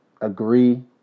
agree